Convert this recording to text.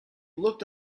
looked